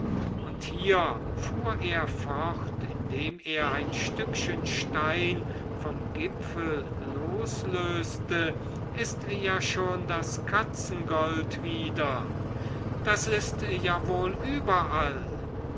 und hier fuhr er fort indem er ein stückchen stein vom gipfel loslöste ist ja schon das katzengold wieder das ist ja wohl überall